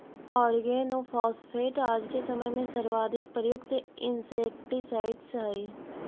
organophosphate आज के समय में सर्वाधिक प्रयुक्त इंसेक्टिसाइट्स् हई